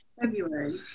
February